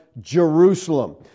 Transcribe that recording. Jerusalem